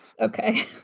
Okay